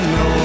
no